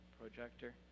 projector